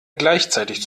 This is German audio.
gleichzeitig